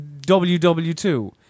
WW2